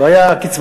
לא היו קצבאות.